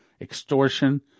extortion